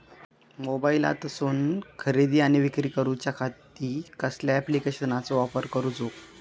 मोबाईलातसून खरेदी आणि विक्री करूच्या खाती कसल्या ॲप्लिकेशनाचो वापर करूचो?